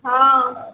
हँ